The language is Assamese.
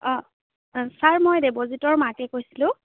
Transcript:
ছাৰ মই দেৱজিতৰ মাকে কৈছিলোঁ